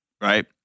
right